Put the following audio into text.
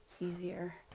easier